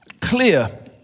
clear